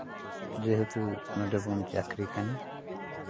ᱡᱮᱦᱮᱛᱩ ᱱᱚᱰᱮ ᱵᱚᱱ ᱪᱟᱠᱨᱤ ᱠᱟᱱᱟ